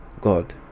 God